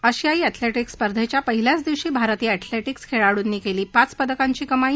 आशियाई एथलेटिक्स स्पर्धेच्या पहिल्याच दिवशी भारतीय एथलेटिक्स खेळाडूंनी केली पाच पदकांची कमाई